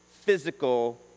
physical